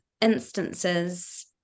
instances